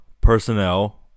personnel